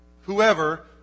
whoever